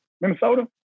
Minnesota